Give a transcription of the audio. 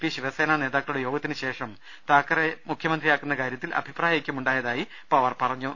P ശിവസേനാ നേതാക്കളുടെ യോഗത്തിന് ശേഷം താക്കറെയെ മുഖ്യമന്ത്രിയാക്കുന്ന കാര്യ ത്തിൽ അഭിപ്രായ ഐക്യം ഉണ്ടായതായി പവാർ പറഞ്ഞു